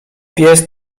pies